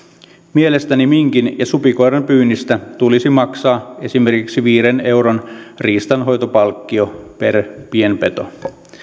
mielestäni minkin ja supikoiran pyynnistä tulisi maksaa esimerkiksi viiden euron riistanhoitopalkkio per pienpeto